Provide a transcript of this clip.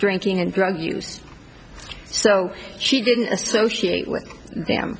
drinking and drug use so she didn't associate with them